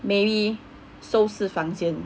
maybe 收拾房间